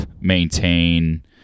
maintain